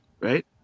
right